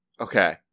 Okay